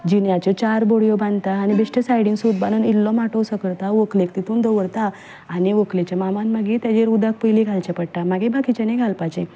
जिन्याच्यो चार बडयो बांदून बेश्टें सूत बांदून इल्लोसो माटोव सो करता व्हंकलेक तितून दवरता आनी व्हंकलेच्या मामान मागीर ताजेर उदक पयलीं घालचें पडटा मागीर बाकीच्यांनी घालपाचें